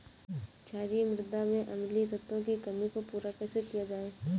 क्षारीए मृदा में अम्लीय तत्वों की कमी को पूरा कैसे किया जाए?